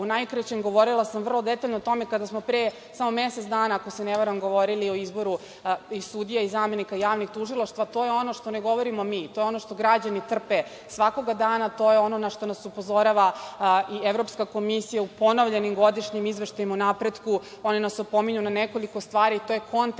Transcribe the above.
najkraćem, govorila sam vrlo detaljno o tome kada smo samo pre mesec dana, ako se ne varam, govorili o izboru i sudija i zamenika javnih tužilaca, to ono što ne govorimo mi, to je ono što građani trpe svakoga dana, to je ono na šta nas upozorava Evropska komisija u ponovljenim godišnjim izveštajima o napretku. Oni nas opominju na nekoliko stvari, to je kontekst